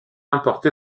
importé